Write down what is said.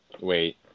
Wait